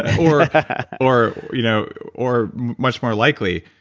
or or you know or much more likely,